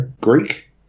Greek